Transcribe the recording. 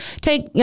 Take